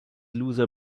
loser